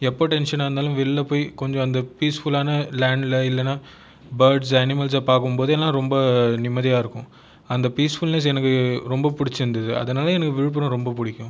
எப்போது டென்ஷன்னாக இருந்தாலும் வெளியில் போய் கொஞ்சம் அந்த பீஸ்ஃபுல்லான லேண்ட்டில் இல்லைனா பேர்ட்ஸ் அனிமேல்ஸ்சை பார்க்கும் போதெல்லாம் ரொம்ப நிம்மதியாக இருக்கும் அந்த பீஸ்ஃபுல்நெஸ் எனக்கு ரொம்ப பிடிச்சிருந்தது அதனால் எனக்கு விழுப்புரம் ரொம்ப பிடிக்கும்